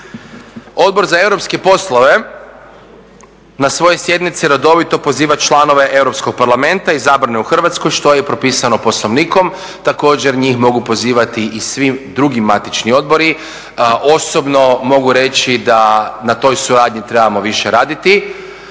Odbor za europske poslove na svojoj sjednici redovito poziva članove Europskog parlamenta i … u Hrvatsku što je propisano poslovnikom, također njih mogu pozivati i svi drugi matični odbori. Osobno mogu reći da na toj suradnji trebamo više raditi.